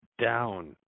down